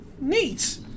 Neat